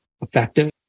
effective